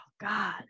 God